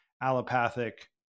allopathic